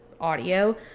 audio